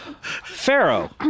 Pharaoh